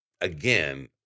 again